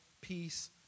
peace